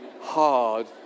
hard